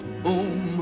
boom